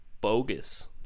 bogus